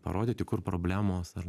parodyti kur problemos ar